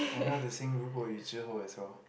I know how to sing 如果已知或 as well